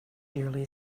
yearly